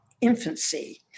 infancy